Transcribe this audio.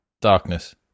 darkness